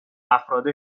افراد